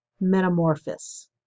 metamorphosis